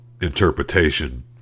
interpretation